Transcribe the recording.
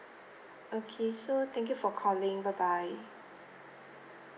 okay so thank you for calling bye bye